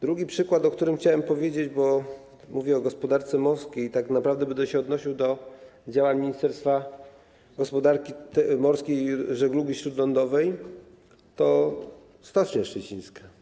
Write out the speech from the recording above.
Drugi przykład, o którym chciałem powiedzieć - bo mówię o gospodarce morskiej i tak naprawdę będę się odnosił do działań Ministerstwa Gospodarki Morskiej i Żeglugi Śródlądowej - to Stocznia Szczecińska.